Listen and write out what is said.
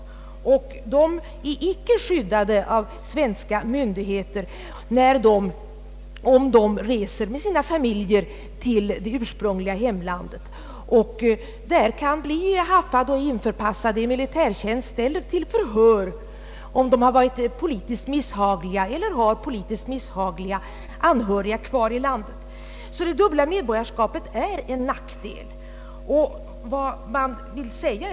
Dessa människor är inte skyddade av svenska myndigheter, om de reser med sina familjer till det ursprungliga hemlandet. Där kan de bli »haffade» och inpassade i militärtjänst eller till förhör, om de har varit politiskt misshagliga tidigare eller har politiskt misshagliga anhöriga kvar i landet. Det dubbla medborgarskapet är alltså en nackdel.